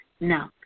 No